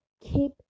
Keep